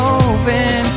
open